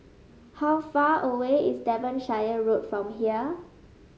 how far away is Devonshire Road from here